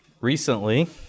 Recently